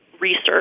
research